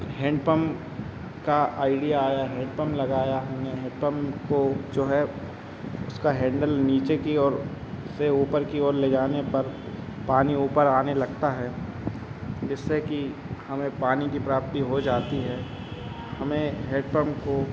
hand pump का idea आया head pump लगाया हमने हेड पम्प को जो है उसका हेंडल नीचे की और से ऊपर की ओर ले जाने पर पानी ऊपर आने लगता है जिससे कि हमें पानी की प्राप्ति हो जाती है हमें हेड पम्प को